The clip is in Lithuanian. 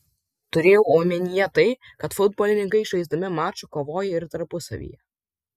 turėjau omenyje tai kad futbolininkai žaisdami mačą kovoja ir tarpusavyje